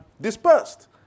dispersed